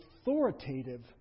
authoritative